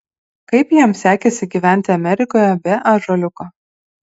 kaip jam sekėsi gyventi amerikoje be ąžuoliuko